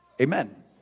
amen